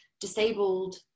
disabled